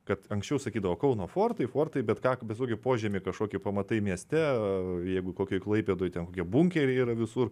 kad anksčiau sakydavo kauno fortai fortai bet ką bet kokį požemį kažkokį pamatai mieste jeigu kokioj klaipėdoj ten bunkeriai yra visur